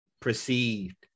perceived